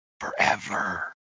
forever